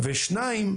ושנית,